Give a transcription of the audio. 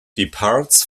departs